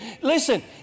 Listen